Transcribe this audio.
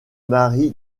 mari